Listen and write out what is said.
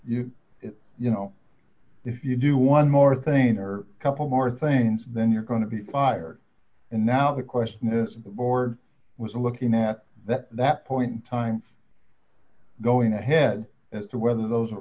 you you know if you do one more thing or a couple more things then you're going to be fired and now the question is board was looking at that that point in time going ahead as to whether those